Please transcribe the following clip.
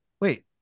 Wait